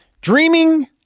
Dreaming